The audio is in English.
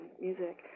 music